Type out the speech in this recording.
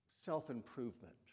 self-improvement